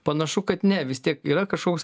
panašu kad ne vis tiek yra kažkoks